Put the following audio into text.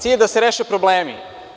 Cilj je da se reše problemi.